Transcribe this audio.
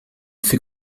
fait